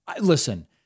listen